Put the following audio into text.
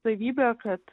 savybę kad